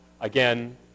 again